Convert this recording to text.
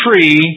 tree